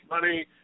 money